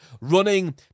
running